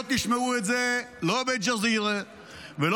לא תשמעו את זה לא באל-ג'זירה ולא